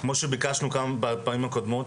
כמו שביקשנו בפעמים הקודמות,